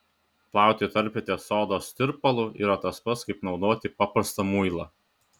plauti tarpvietę sodos tirpalu yra tas pats kaip naudoti paprastą muilą